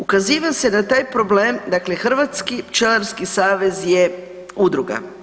Ukaziva se na taj problem, dakle Hrvatski pčelarski savez je udruga.